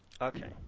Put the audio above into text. Okay